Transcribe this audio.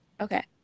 Okay